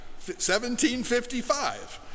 1755